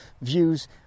views